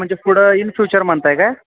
म्हणजे पुढं in future म्हणताय का